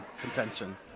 contention